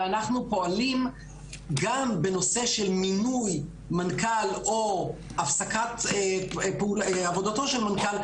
וגם בנושא של מינוי מנכ"ל או הפסקת עבודתו של מנכ"ל,